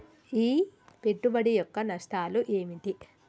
ఈ పెట్టుబడి యొక్క నష్టాలు ఏమిటి?